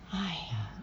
!haiya!